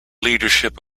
leadership